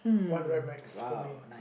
one rep max for me